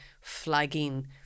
flagging